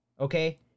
okay